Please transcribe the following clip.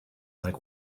like